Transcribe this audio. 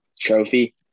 trophy